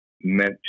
meant